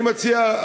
אני מציע,